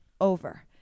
over